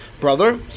brother